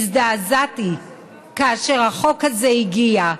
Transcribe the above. הזדעזעתי כאשר החוק הזה הגיע.